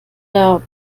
der